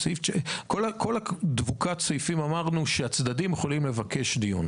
בכל דבוקת הסעיפים אמרנו שהצדדים יכולים לבקש דיון,